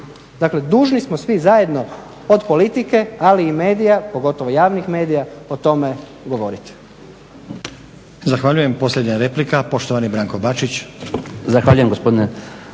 Dakle, dužni smo svi zajedno od politike ali i medija pogotovo javnih medija o tome govoriti.